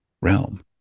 realm